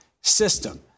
system